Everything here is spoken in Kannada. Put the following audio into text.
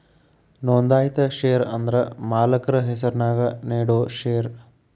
ನೋಂದಾಯಿತ ಷೇರ ಅಂದ್ರ ಮಾಲಕ್ರ ಹೆಸರ್ನ್ಯಾಗ ನೇಡೋ ಷೇರ